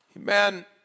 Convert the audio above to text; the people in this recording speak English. Amen